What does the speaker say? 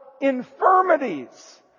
infirmities